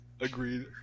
Agreed